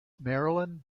marilyn